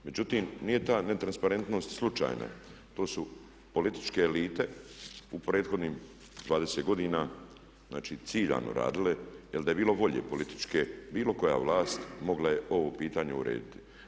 Međutim, nije ta netransparentnost slučajna, to su političke elite u prethodnih 20 godina, znači ciljano radile jer da je bilo volje političke, bilo koja vlast mogla je ovo pitanje urediti.